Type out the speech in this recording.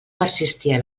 persistia